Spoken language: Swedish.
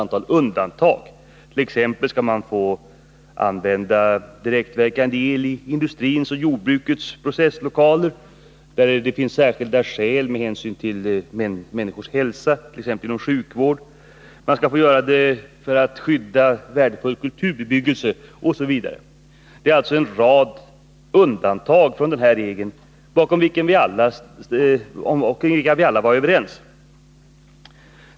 Man skall t.ex. få använda direktverkande el i industrins och jordbrukets processlokaler, i vissa fall inom sjukvården och för att skydda värdefull kulturbebyggelse osv. Det finns alltså ett antal undantag från den regel om vilka vi alla var överens.